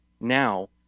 now